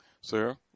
Sarah